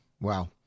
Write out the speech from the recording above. Wow